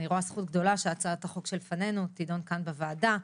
אני רואה זכות גדולה שהצעת החוק שלפנינו תידון כאן בוועדה.